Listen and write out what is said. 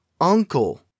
uncle